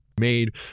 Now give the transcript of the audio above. made